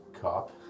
cop